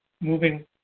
Moving